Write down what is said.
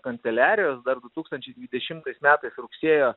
kanceliarijos dar du tūkstančiai dvidešimtais metais rugsėjo